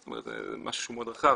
זאת אומרת זה משהו שהוא מאוד רחב.